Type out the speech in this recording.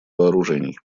вооружений